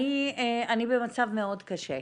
אני במצב מאוד קשה.